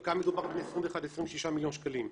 אבל כאן מדובר בין 21 ל-26 מיליון שקלים.